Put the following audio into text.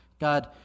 God